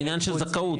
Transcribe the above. זה עניין של זכאות.